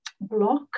block